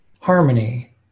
harmony